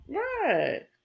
right